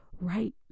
right